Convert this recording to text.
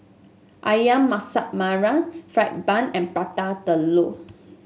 ayam Masak Merah fried bun and Prata Telur